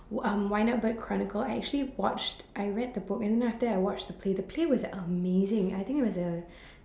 um wind up bird chronicle I actually watched I read the book and then after that I watched the play the play was amazing I think it was a